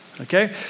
Okay